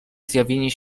zjawienie